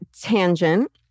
tangent